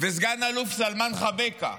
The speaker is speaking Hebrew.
סגן אלוף סלמאן חבקה,